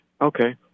Okay